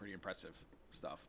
pretty impressive stuff